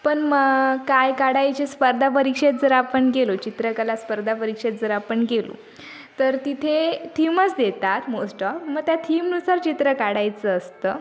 पण मग काय काढायची स्पर्धा परीक्षेत जर आपण गेलो चित्रकला स्पर्धा परीक्षेत जर आपण गेलो तर तिथे थीमच देतात मोस्ट ऑफ मग त्या थीमनुसार चित्र काढायचं असतं